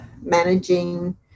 managing